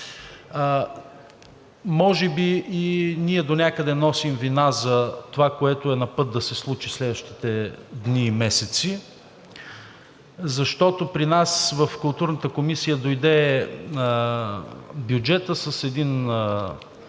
Може би и ние донякъде носим вина за това, което е на път да се случи следващите дни и месеци, защото при нас в Културната комисия дойде бюджетът с един